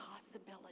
possibility